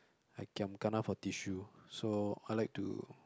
I giam kana for tissue so I like to